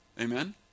Amen